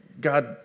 God